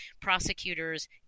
prosecutors